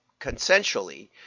consensually